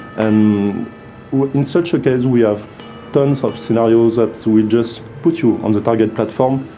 and in such a case, we have tons of scenarios that so we just put you on the target platform.